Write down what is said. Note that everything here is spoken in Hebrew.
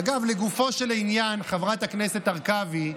אגב, לגופו של עניין, חברת הכנסת הרכבי,